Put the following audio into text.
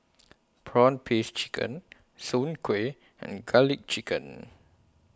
Prawn Paste Chicken Soon Kueh and Garlic Chicken